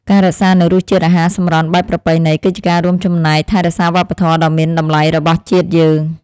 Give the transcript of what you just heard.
ការរក្សានូវរសជាតិអាហារសម្រន់បែបប្រពៃណីគឺជាការចូលរួមចំណែកថែរក្សាវប្បធម៌ដ៏មានតម្លៃរបស់ជាតិយើង។